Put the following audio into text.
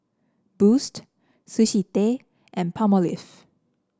Boost Sushi Tei and Palmolive